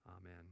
Amen